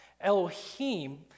Elohim